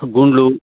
గుండ్లు